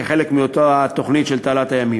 כחלק מאותה תוכנית של "תעלת הימים".